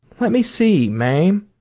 let me see, mame,